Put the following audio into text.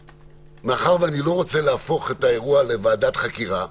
מאחר שאני לא רוצה להפוך את האירוע לוועדת חקירה,